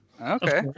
Okay